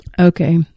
okay